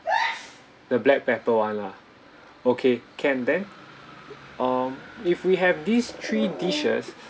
the black pepper [one] lah okay can then um if we have these three dishes